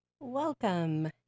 Welcome